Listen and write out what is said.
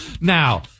Now